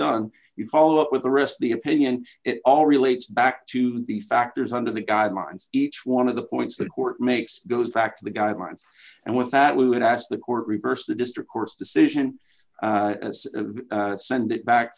done the follow up with the rest of the opinion it all relates back to the factors under the guidelines each one of the points that court makes goes back to the guidelines and with that we would ask the court reversed the district court's decision to send it back